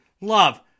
Love